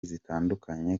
zitandukanye